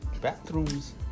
bathrooms